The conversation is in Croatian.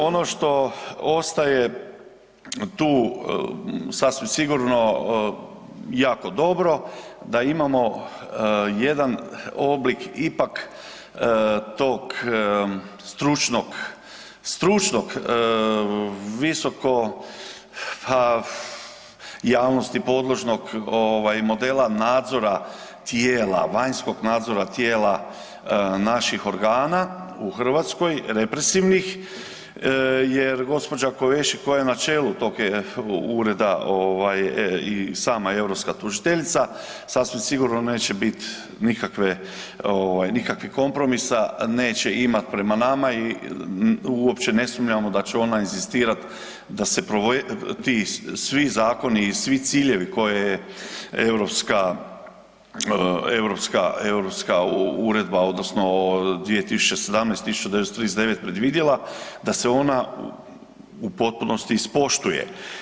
Ono što ostaje tu sasvim sigurno jako dobro, da imamo jedan oblik ipak tog stručnog visoko, pa, javnosti podložnog modela nadzora tijela, vanjskog nadzora tijela naših organa u Hrvatskoj, represivnih, jer gđa. Kövesi koja je na čelu tog ureda i sama europska tužiteljica, sasvim sigurno neće biti nikakvih kompromisa, neće imati prema nama i uopće ne sumnjamo da će ona inzistirati da se provedu ti svi zakoni i svi ciljevi koje europska uredba, odnosno 2017/1939 predvidjela, da se ona u potpunosti ispoštuje.